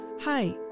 Hi